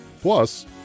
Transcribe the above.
Plus